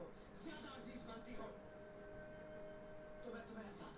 lift सिंचाई से पानी के प्राकृतिक बहाव से ना ले जा सकल जाला